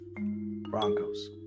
Broncos